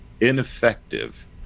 ineffective